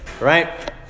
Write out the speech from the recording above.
right